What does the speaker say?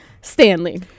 Stanley